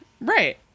Right